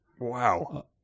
Wow